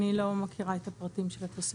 אני לא מכירה את הפרטים של התוספת.